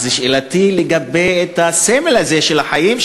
אז שאלתי היא לגבי הסמל הזה של החיים,